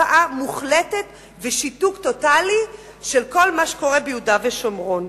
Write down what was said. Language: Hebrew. הקפאה מוחלטת ושיתוק טוטלי של כל מה שקורה ביהודה ושומרון.